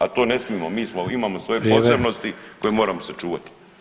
A to ne smijemo, mi smo, imamo svoje posebnosti [[Upadica: Vrijeme.]] koje moramo sačuvati.